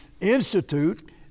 institute